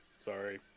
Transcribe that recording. sorry